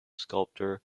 sculptor